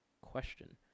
question